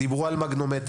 דיברו על מגנומטרים.